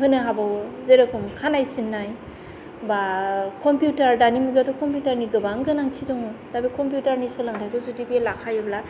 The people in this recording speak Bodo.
होननो हाबावो जेरखम खानाय सिननाय बा कमपिउटार दानि मुगायावथ' कमपिउटारनि गोबां गोनांथि दङ दा बे कमपिउटारनि सोलोंथाइखौ जुदि बे लाखायोब्ला